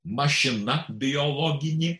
mašina biologinė